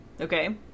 Okay